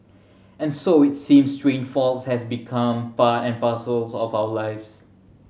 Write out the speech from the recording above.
and so it seems train faults have become part and parcels of our lives